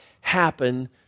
happen